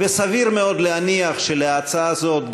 וסביר מאוד להניח שההצעה הזאת,